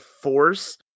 force